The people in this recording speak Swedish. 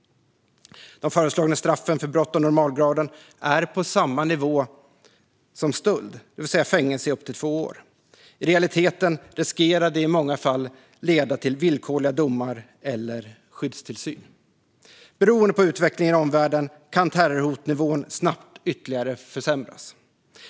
De föreslagna straffen för brott av normalgraden är på samma nivå som stöld, det vill säga fängelse i upp till två år. I realiteten riskerar det i många fall att leda till villkorliga domar eller skyddstillsyn. Beroende på utvecklingen i omvärlden kan terrorhotnivån snabbt ytterligare försämras.